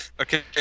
Okay